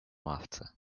ławce